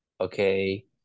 okay